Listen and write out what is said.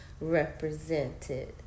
represented